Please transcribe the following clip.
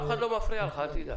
אף אחד לא מפריע לך, אל תדאג.